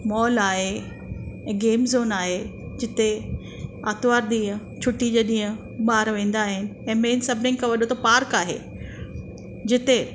mall आहे हिकु game zone आहे जिते आरितवार ॾींहुं छुटी जे ॾींहुं ॿार वेंदा आहिनि ऐं मेन सभिनिनि खां वॾो त पार्क आहे जिते